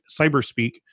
Cyberspeak